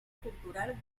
cultural